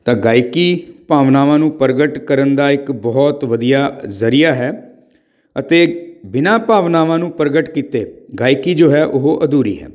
ਤਾਂ ਗਾਇਕੀ ਭਾਵਨਾਵਾਂ ਨੂੰ ਪ੍ਰਗਟ ਕਰਨ ਦਾ ਇੱਕ ਬਹੁਤ ਵਧੀਆ ਜ਼ਰੀਆ ਹੈ ਅਤੇ ਬਿਨਾਂ ਭਾਵਨਾਵਾਂ ਨੂੰ ਪ੍ਰਗਟ ਕੀਤੇ ਗਾਇਕੀ ਜੋ ਹੈ ਉਹ ਅਧੂਰੀ ਹੈ